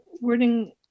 wording